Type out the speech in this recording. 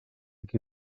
qui